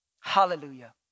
Hallelujah